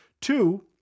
Two